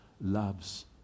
loves